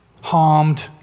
harmed